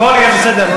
הכול יהיה בסדר.